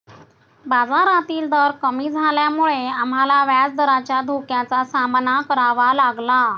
बाजारातील दर कमी झाल्यामुळे आम्हाला व्याजदराच्या धोक्याचा सामना करावा लागला